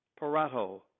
Parato